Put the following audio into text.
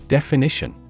Definition